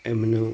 એમનું